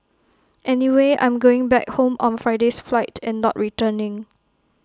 anyway I'm going back home on Friday's flight and not returning